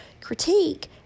critique